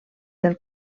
del